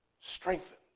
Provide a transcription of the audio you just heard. strengthened